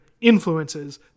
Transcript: influences